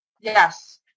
yes